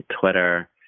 Twitter